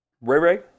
Ray-Ray